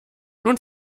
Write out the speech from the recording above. nun